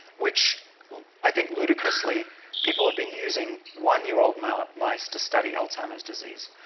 which i think ludicrously people have been using one-year-old mice mice to study alzheimer's disease,